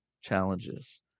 challenges